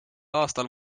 aastal